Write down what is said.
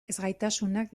ezgaitasunak